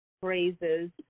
phrases